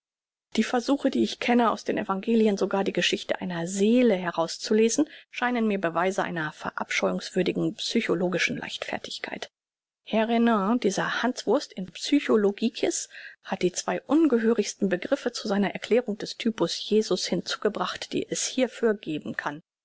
die versuche die ich kenne aus den evangelien sogar die geschichte einer seele herauszulesen scheinen mir beweise einer verabscheuungswürdigen psychologischen leichtfertigkeit herr renan dieser hanswurst in psycho logicis hat die zwei ungehörigsten begriffe zu seiner erklärung des typus jesus hinzugebracht die es hierfür geben kann